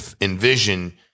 envision